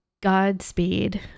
Godspeed